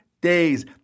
days